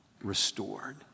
restored